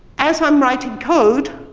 as i'm writing code,